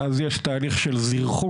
ואז יש תהליך של זירחון,